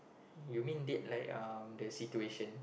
you mean date like um the situation